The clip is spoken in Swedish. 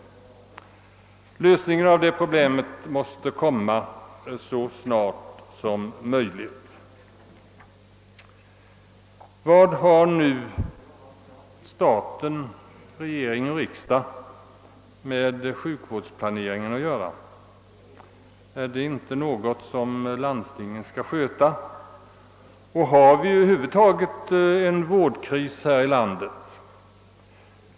Lösningen av det problemet måste komma så snart som möjligt. Det är orimligt med de höga kostnader som nu drabbar en patient i öppen vård jämfört med kostnaderna i sluten vård. Vad har nu regering och riksdag med sjukvårdsplaneringen att göra? Är det inte något som landstingen skall sköta, och har vi över huvud taget en vårdkris här i landet?